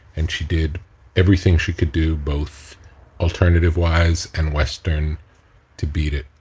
and she did everything she could do both alternative wise and western to beat it.